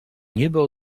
niebo